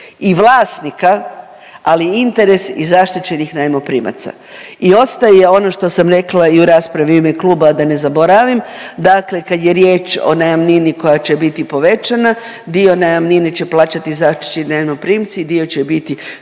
i vlasnika, ali i interes i zaštićenih najmoprimaca. I ostaje ono što sam rekla i u raspravi u ime kluba da ne zaboravim, dakle kad je riječ o najamnini koja će biti povećana, dio najamnine će plaćati zaštićeni najmoprimci, dio će biti